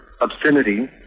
obscenity